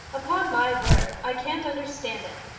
upon my word i can't understand it,